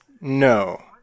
No